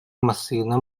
массыына